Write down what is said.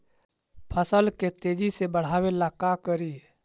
फसल के तेजी से बढ़ाबे ला का करि?